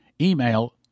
Email